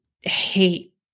hate